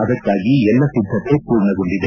ಅದಕ್ಕಾಗಿ ಎಲ್ಲ ಸಿದ್ದತೆ ಪೂರ್ಣಗೊಂಡಿದೆ